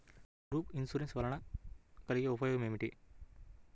Group insurance వలన కలిగే ఉపయోగమేమిటీ?